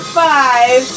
five